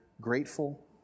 grateful